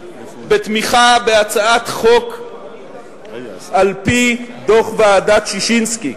בתמיכה בהצעת חוק על-פי דוח ועדת-ששינסקי.